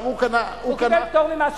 הוא קיבל פטור ממס שבח.